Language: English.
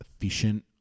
efficient